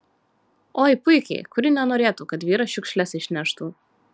oi puikiai kuri nenorėtų kad vyras šiukšles išneštų